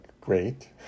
great